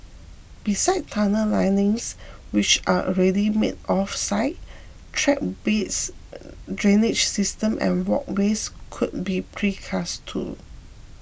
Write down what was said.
besides tunnel linings which are already made off site track beds drainage systems and walkways could be precast too